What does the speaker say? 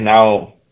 now